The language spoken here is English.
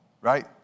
right